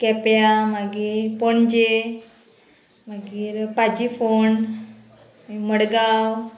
केप्यां मागी पणजे मागीर पाजी फोण मडगांव